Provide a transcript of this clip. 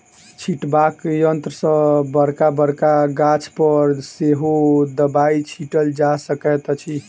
छिटबाक यंत्र सॅ बड़का बड़का गाछ पर सेहो दबाई छिटल जा सकैत अछि